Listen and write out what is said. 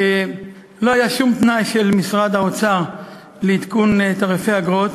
לא היה שום תנאי של משרד האוצר לעדכון תעריפי אגרות